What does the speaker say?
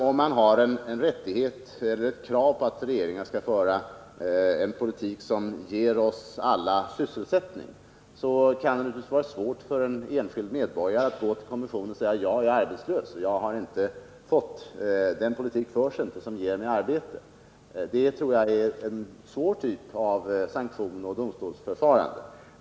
Om man har ett krav på att regeringar skall föra en politik som ger oss alla sysselsättning kan det naturligtvis vara svårt för den enskilde medborgaren att gå till kommissionen och säga: ”Jag är arbetslös. Den politik förs inte som ger mig arbete.” Det tror jag är en svår typ av sanktioner och domstolsförfarande.